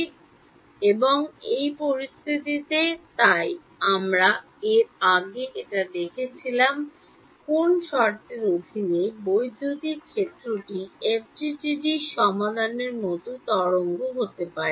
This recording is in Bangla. এখন আর কি পরিস্থিতিতে তাই আমরা এর আগে এটি দেখেছিলাম কোন শর্তের অধীনে বৈদ্যুতিক ক্ষেত্রটি এফডিটিডিতে সমাধানের মতো তরঙ্গ হতে পারে